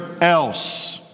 else